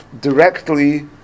directly